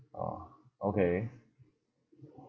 ah okay